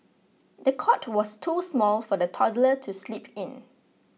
the cot was too small for the toddler to sleep in